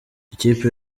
ikipe